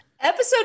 Episode